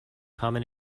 common